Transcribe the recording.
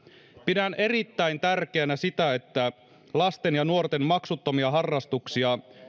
pidän erittäin tärkeänä sitä että lasten ja nuorten maksuttomia harrastuksia